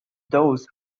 those